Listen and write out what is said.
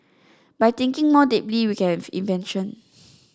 by thinking more deeply we can have invention